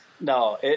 No